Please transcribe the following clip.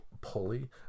pulley